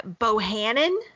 Bohannon